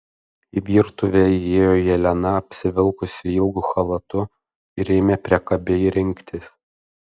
į virtuvę įėjo jelena apsivilkusi ilgu chalatu ir ėmė priekabiai rinktis